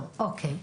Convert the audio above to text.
טוב, אוקי.